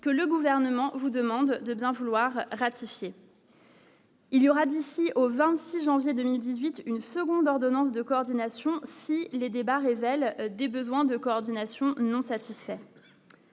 que le gouvernement vous demande de bien vouloir ratifier. Il y aura d'ici au 26 janvier 2018 une seconde ordonnance de coordination si il les débats révèlent des besoins de coordination non satisfaits.